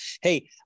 Hey